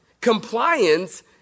Compliance